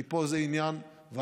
כי פה זה עניין וולונטרי.